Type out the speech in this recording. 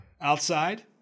outside